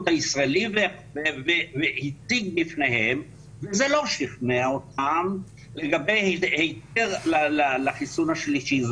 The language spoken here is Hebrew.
הישראלי הציג בפניהם וזה לא שכנע אותם לגבי היתר לחיסון השלישי.